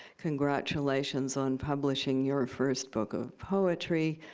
congratulations on publishing your first book of poetry.